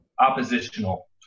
oppositional